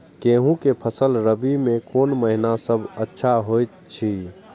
गेहूँ के फसल रबि मे कोन महिना सब अच्छा होयत अछि?